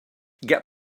get